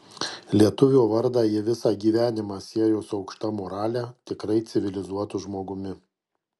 lietuvio vardą ji visą gyvenimą siejo su aukšta morale tikrai civilizuotu žmogumi